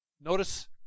Notice